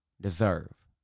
deserve